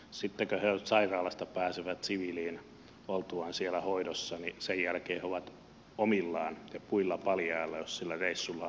sen jälkeen kun he sairaalasta pääsevät siviiliin oltuaan siellä hoidossa he ovat omillaan ja puilla paljailla jos sillä reissulla on huonosti käynyt